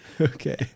Okay